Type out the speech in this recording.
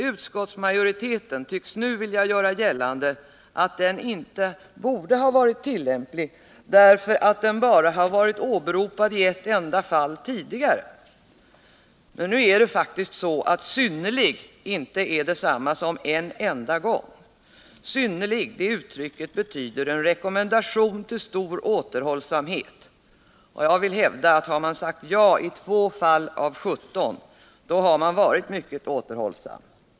Utskottsmajoriteten tycks nu vilja göra gällande att den regeln inte borde ha varit tillämplig därför att den bara har varit åberopad i ett enda fall tidigare. Men nu är det faktiskt så att ”synnerlig” inte är detsamma som en enda gång. Uttrycket synnerlig betyder en rekommendation till stor återhållsamhet, och jag vill hävda att har man sagt ja i 2 fall av 17, då har man varit mycket återhållsam.